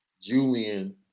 julian